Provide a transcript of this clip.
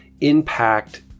impact